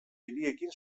hiriekin